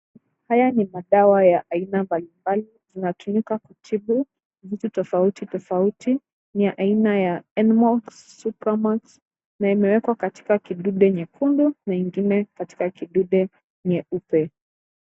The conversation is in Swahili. Haya ni madawa ya ina mbalimbali yanayotumika kutibu vitu tofautitofauti. Ni ya aina ya enmox supermax na imewekwa katika kidude nyekundu na ingine katika kidude nyeupe.